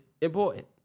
important